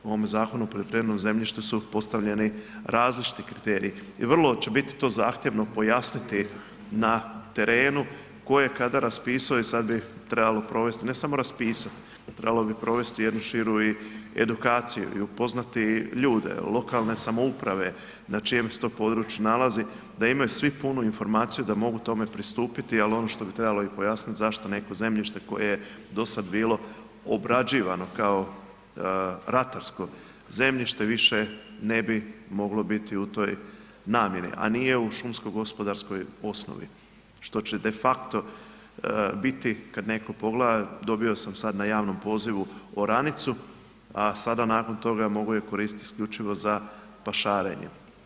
U ovome Zakonu o poljoprivrednom zemljištu su postavljeni različiti kriteriji i vrlo će biti to zahtjevno pojasniti na terenu tko je kada raspisao i sad bi trebalo provesti, ne samo raspisati, trebalo bi provesti jednu širu i edukaciju i upoznati ljude, lokalne samouprave, na čijem se to području nalazi, da imaju svi punu informaciju da mogu tome pristupiti, ali ono što bi trebalo i pojasniti, zašto neko zemljište koje je dosad bilo obrađivano kao ratarsko zemljište više ne bi moglo biti u toj namjeni, a nije u šumsko-gospodarskoj osnovi, što će de facto biti kad netko pogleda, dobio sam sad na javnom pozivu oranicu, a sada nakon toga mogu je koristiti isključivo za pašarenje.